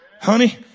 Honey